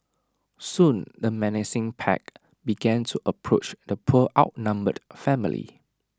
soon the menacing pack began to approach the poor outnumbered family